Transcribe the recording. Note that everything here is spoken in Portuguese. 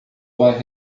vai